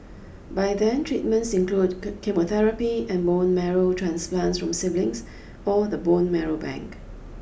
by then treatments include chemotherapy and bone marrow transplants from siblings or the bone marrow bank